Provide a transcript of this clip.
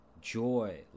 Joy